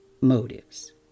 motives